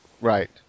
Right